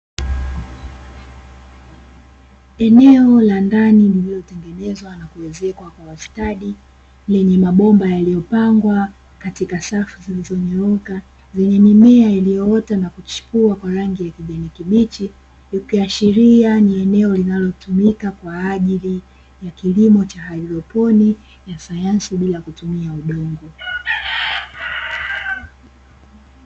Eneo la ndani lililotengenezwa na kuezekwa kwa ustadi lenye mabomba yaliyopangwa katika safu zilizonyooka, zenye mimea iliyoota na kuchipua kwa rangi ya kijani kibichi, ikiashiria ni eneo linalotumika kwa ajili ya kilimo cha hydroponi ya sayansi bila kutumia udongo.